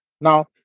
Now